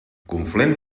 conflent